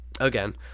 again